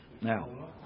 Now